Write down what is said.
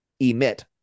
emit